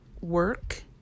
work